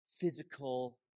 physical